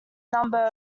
number